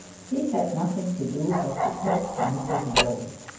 he had nothing to do but to talk to mrs bold.